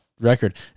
record